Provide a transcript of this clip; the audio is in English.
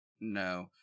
No